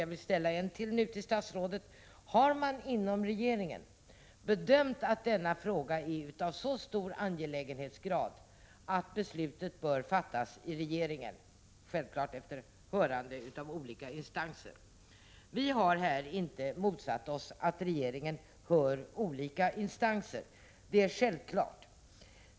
Jag vill nu ställa ytterligare en till statsrådet: Har man inom regeringen bedömt att denna fråga är av sådan angelägenhetsgrad att beslutet bör fattas i regeringen, självfallet efter hörande av olika instanser? Vi har här inte motsatt oss att regeringen hör olika instanser — det är självklart.